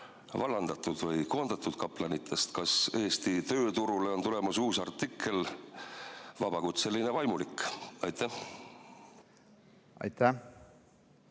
vallandatud või koondatud kaplanitest. Kas Eesti tööturule on tulemas uus artikkel "vabakutseline vaimulik"? Austatud